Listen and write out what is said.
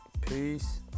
Peace